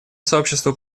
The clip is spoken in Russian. сообществу